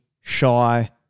shy